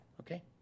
okay